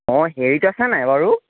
অ হেৰিত আছে নাই বাৰু